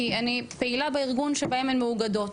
כי אני פעילה בארגון שבהם הן מאוגדות,